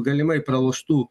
galimai praloštų